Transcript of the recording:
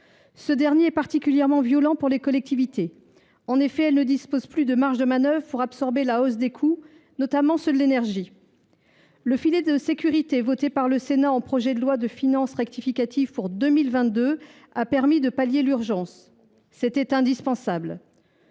Ce contexte est particulièrement violent pour les collectivités. En effet, elles ne disposent plus de marge de manœuvre pour absorber la hausse des coûts, notamment ceux de l’énergie. Le « filet de sécurité » voté par le Sénat dans le cadre du projet de loi de finances rectificative pour 2022 a permis de pallier l’urgence, ce qui était indispensable.